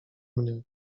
mnie